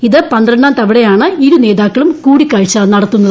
ഇത് പന്ത്രണ്ടാം തവണയാണ് ഇരു നേതാക്കളും കൂടിക്കാഴ്ച നടത്തുന്നത്